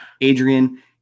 Adrian